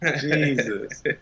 Jesus